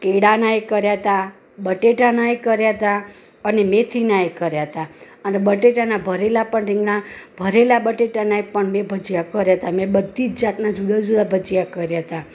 કેળાંના ય કર્યા હતા બટેટાના કર્યા હતા અને મેથીના ય કર્યા હતા અને બટેટાના ભરેલા રીંગણા ભરેલા બટેટાના મેં ભજીયા કર્યા હતા મેં બધી જ જાતના જુદા જુદા ભજીયા કર્યા હતા